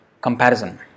comparison